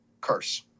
Curse